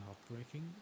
heartbreaking